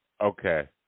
Okay